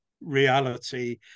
reality